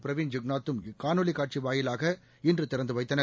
பிரவீன் ஜெகந்நாத் தும் காணொலி காட்சி வாயிலாக இன்று திறந்து வைத்தனர்